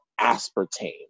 aspartame